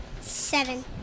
Seven